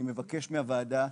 אני מבקש מהוועדה,